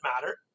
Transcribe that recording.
matter